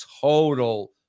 total